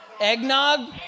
Eggnog